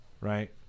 right